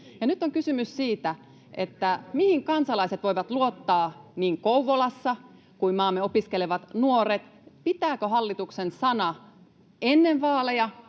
Nyt on kysymys siitä, että mihin kansalaiset voivat luottaa, niin Kouvolassa kuin maamme opiskelevat nuoret, ja pitääkö hallituksen sana ennen vaaleja